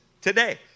today